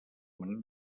manera